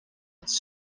its